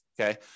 okay